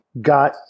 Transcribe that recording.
got